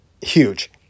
huge